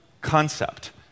concept